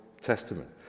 Testament